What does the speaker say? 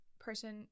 person